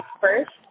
first